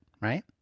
right